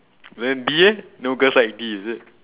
then B eh no girls like B is it